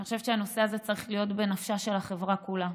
אני חושבת שהנושא הזה צריך להיות בנפשה של החברה כולה,